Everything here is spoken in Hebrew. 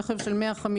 רכב של 150,000,